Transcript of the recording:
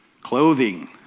clothing